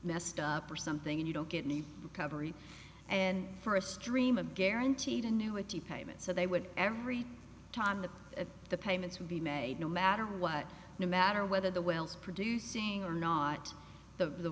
messed up or something and you don't get any coverage and for a stream of guaranteed annuity payments so they would every time that the payments would be made no matter what no matter whether the wells producing or not the